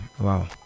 wow